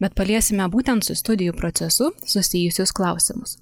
bet paliesime būtent su studijų procesu susijusius klausimus